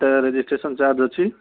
ତା'ର registration charge ଅଛି